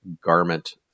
garment